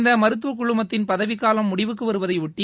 இந்த மருத்துவக்குழுமத்தின் பதவிக்காலம் முடிவுக்கு வருவதை ஒட்டி